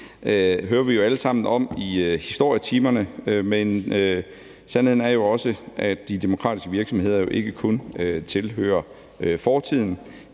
hører vi jo alle sammen om i historietimerne, men sandheden er jo også, at de demokratiske virksomheder ikke kun tilhører fortiden.